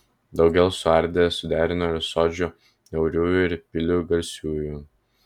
daugel suardė suderino ir sodžių niauriųjų ir pilių garsiųjų